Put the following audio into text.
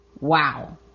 Wow